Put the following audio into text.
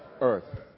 earth